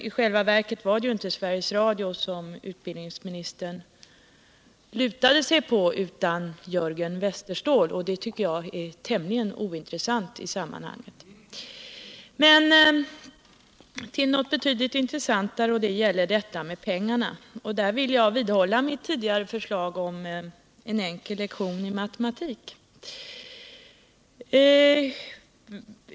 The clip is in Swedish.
I själva verket var det ju inte heller Sveriges Radio som utbildningsministern lutade sig mot utan Jörgen Westerståhl, och det tycker jag är tämligen ointressant i sammanhanget. Låt mig sedan gå över till något betydligt intressantare, nämligen detta med pengarna. Där vidhåller jag mitt tidigare förslag om en enkel lektion i matematik.